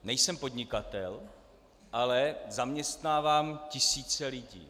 Nejsem podnikatel, ale zaměstnávám tisíce lidí.